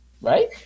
Right